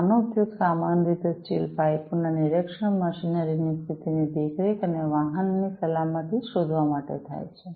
આનો ઉપયોગ સામાન્ય રીતે સ્ટીલ પાઈપો ના નિરીક્ષણ મશીનરીની સ્થિતિની દેખરેખ અને વાહનની સલામતી શોધવા માટે થાય છે